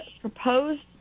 proposed